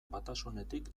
batasunetik